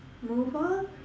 move on